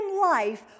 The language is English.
life